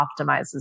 optimizes